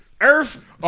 Earth